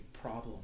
problem